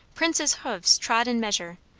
prince's hoofs trod in measure,